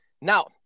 Now